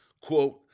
Quote